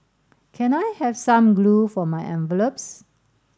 can I have some glue for my envelopes